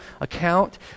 account